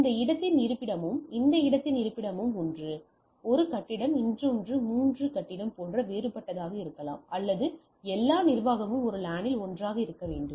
இந்த இடத்தின் இருப்பிடமும் இந்த இடத்தின் இருப்பிடமும் ஒன்று 1 கட்டடம் இன்னொன்று 3 கட்டடம் போன்ற வேறுபட்டதாக இருக்கலாம் ஆனால் எல்லா நிர்வாகமும் ஒரு லானில் ஒன்றாக இருக்க வேண்டும்